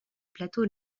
plateau